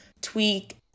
tweak